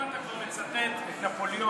אם אתה כבר מצטט את נפוליאון,